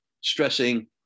stressing